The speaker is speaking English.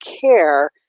care